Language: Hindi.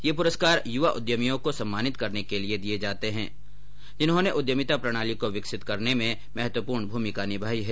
ये पुरस्कार युवा उद्यमियों को सम्मानित करने के लिये दिये जाते है जिन्होंने उद्यमिता प्रणाली को विकसित करने में महत्वपूर्ण भूमिका निभाई है